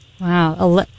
Wow